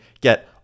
get